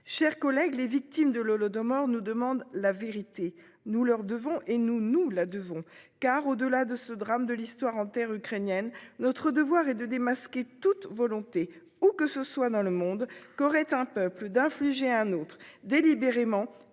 cher collègue les victimes de l'Holodomor nous demande la vérité. Nous leur devons et nous, nous la devons car au delà de ce drame de l'histoire en terre ukrainienne. Notre devoir est de démasquer toute volonté ou que ce soit dans le monde qu'aurait un peu plus d'infliger un autre délibérément